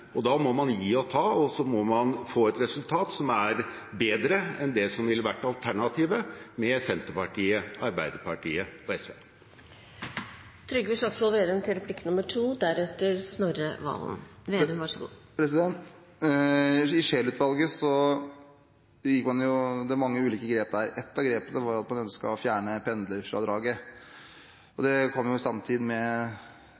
forhandlingene. Da må man gi og ta, og så må man få et resultat som er bedre enn det som ville vært alternativet med Senterpartiet, Arbeiderpartiet og SV. I Scheel-utvalgets rapport er det mange ulike grep. Ett av grepene er at man ønsker å fjerne pendlerfradraget. Det kommer samtidig med forliket her i Stortinget, der man reduserte pendlerfradraget og